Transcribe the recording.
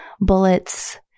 bullets